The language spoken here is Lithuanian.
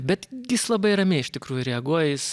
bet jis labai ramiai iš tikrųjų reaguoja jis